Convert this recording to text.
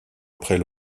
après